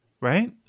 Right